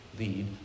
lead